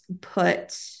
put